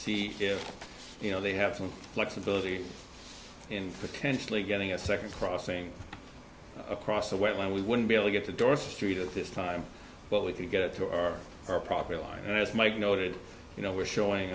see if you know they have some flexibility in potentially getting a second crossing across the way when we wouldn't be able to get to door street at this time but we can get through our our property line and as mike noted you know we're showing